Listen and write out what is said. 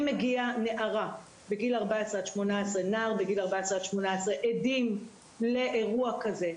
אם מגיע נער או נערה בגיל 14 עד 18 עדים לאירוע כזה,